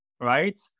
right